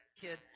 kid